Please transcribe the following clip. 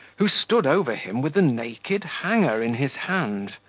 who stood over him with a naked hanger in his hand.